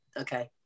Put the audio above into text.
okay